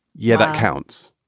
yeah, that counts